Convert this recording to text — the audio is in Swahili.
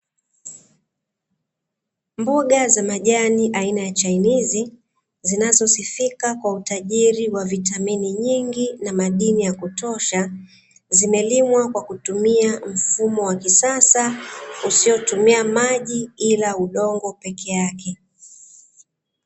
Mboga za majani aina ya "chinese ", zinazosifika kwa utajiri wa vitamini nyingi na madini ya kutosha zimelimwa kwa kutumia mfumo wa kisasa usiotumia maji ila udongo peke yake.